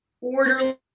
orderly